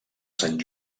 sant